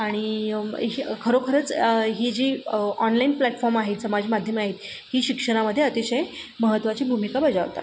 आणि खरोखरच ही जी ऑनलाईन प्लॅटफॉर्म आहेत समाज माध्यम आहेत ही शिक्षणामध्ये अतिशय महत्वाची भूमिका बजावतात